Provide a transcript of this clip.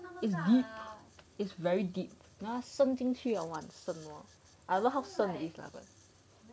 is deep is very deep 她深进去 hor !wah! 很深 hor I don't know how 深 it is lah but